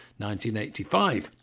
1985